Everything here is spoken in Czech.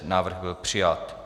Návrh byl přijat.